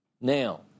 Now